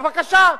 בבקשה,